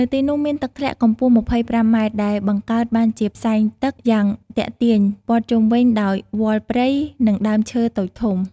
នៅទីនោះ មានទឹកធ្លាក់កម្ពស់២៥ម៉ែត្រ ដែលបង្កើតបានជាផ្សែងទឹកយ៉ាងទាក់ទាញ ព័ទ្ធជុំវិញដោយវល្លិព្រៃ និងដើមឈើតូចធំ។